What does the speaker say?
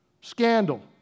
Scandal